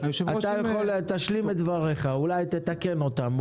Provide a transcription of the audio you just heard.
תשלים את דבריך, אולי תתקן אותם.